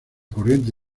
corriente